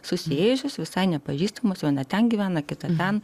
susiėjusios visai nepažįstamos viena ten gyvena kita ten